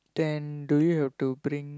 then do you have to bring